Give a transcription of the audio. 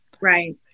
Right